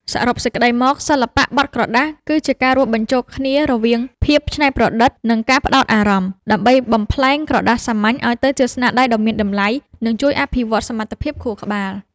សរុបសេចក្ដីមក សិល្បៈបត់ក្រដាស គឺជាការរួមបញ្ចូលគ្នារវាងភាពច្នៃប្រឌិត និងការផ្ដោតអារម្មណ៍ ដើម្បីបំប្លែងក្រដាសសាមញ្ញឱ្យទៅជាស្នាដៃដ៏មានតម្លៃ និងជួយអភិវឌ្ឍសមត្ថភាពខួរក្បាល។